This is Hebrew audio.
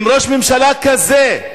עם ראש ממשלה כזה,